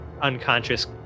unconscious